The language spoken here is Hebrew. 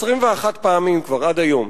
כבר 21 פעמים עד היום.